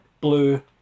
Blue